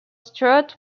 stuart